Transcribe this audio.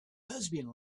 lesbian